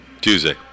Tuesday